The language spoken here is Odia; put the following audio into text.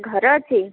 ଘର ଅଛି